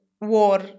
War